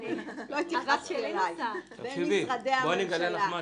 אני לא התייחסתי אלייך, אלא בין משרדי הממשלה,